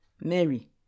Mary